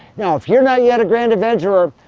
now if you're not yet a grand adventurer,